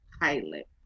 pilot